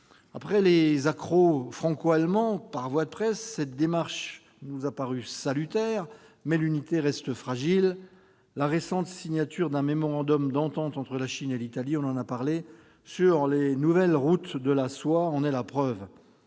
Après les accrocs franco-allemands par voie de presse, cette démarche nous a paru salutaire, mais l'unité est fragile. La récente signature d'un mémorandum d'entente entre la Chine et l'Italie sur les nouvelles routes de la soie en est la preuve.